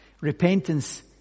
Repentance